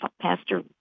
Pastor